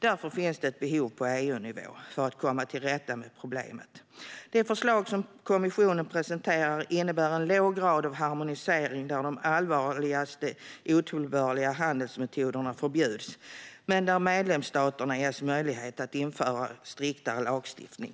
Därför finns det ett behov av åtgärder på EU-nivå för att komma till rätta med problemet. Det förslag som kommissionen presenterar innebär en låg grad av harmonisering där de allvarligaste otillbörliga handelsmetoderna förbjuds men där medlemsstaterna ges möjlighet att införa striktare lagstiftning.